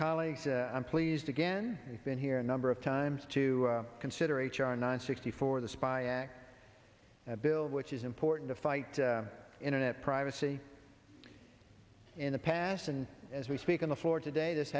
colleagues i'm pleased again you've been here a number of times to consider h r nine sixty four the spy act bill which is important to fight internet privacy in the past and as we speak on the floor today this